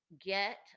get